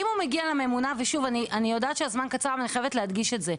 אני יודעת שהזמן קצר, אבל אני חייבת להדגיש את זה.